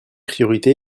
priorité